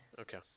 Okay